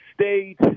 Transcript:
State